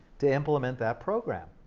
to implement that program,